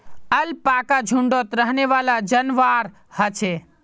alpaca झुण्डत रहनेवाला जंवार ह छे